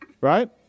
Right